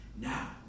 now